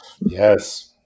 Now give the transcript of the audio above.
Yes